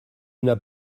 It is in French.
n’as